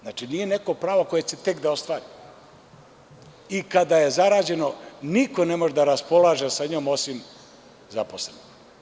Znači, nije neko pravo koje će tek da ostvari i kada je zarađeno, niko ne može da raspolaže sa njom osim zaposlenih.